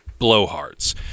blowhards